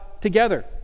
together